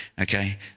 Okay